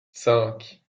cinq